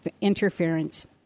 interference